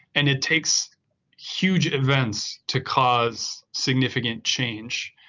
and it takes huge events to cause significant change.